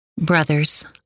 Brothers